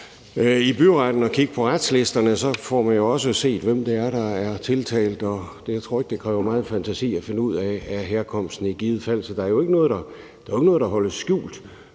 i byretten og kigge på retslisterne. Så kan man se, hvem det er, der er tiltalt, og jeg tror ikke, det i givet fald kræver meget fantasi at finde ud af herkomsten. Så der er jo ikke noget, der holdes skjult,